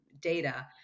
data